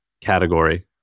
category